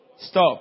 Stop